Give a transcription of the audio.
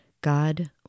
God